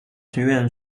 学院